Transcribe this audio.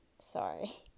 Sorry